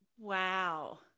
wow